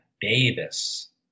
davis